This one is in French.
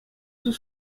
tout